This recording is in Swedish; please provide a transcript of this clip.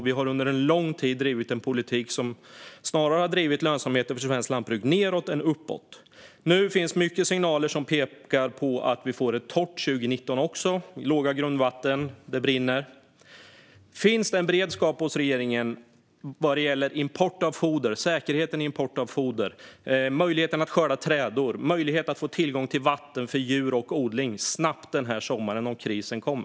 Vi har under lång tid bedrivit en politik som har drivit lönsamheten för svenskt lantbruk snarare nedåt än uppåt. Nu finns många signaler - låga grundvattennivåer och bränder - som pekar på att vi också får ett torrt 2019. Finns det en beredskap hos regeringen vad gäller säkerheten i import av foder, möjligheten att skörda trädor och möjligheten att få tillgång till vatten för djur och odling snabbt denna sommar om krisen kommer?